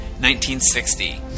1960